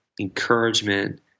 encouragement